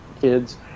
kids